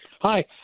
hi